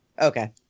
okay